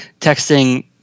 texting